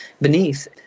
beneath